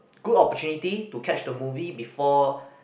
good opportunity to catch the movie before